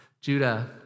Judah